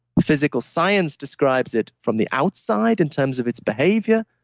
physical science describes it from the outside in terms of its behavior.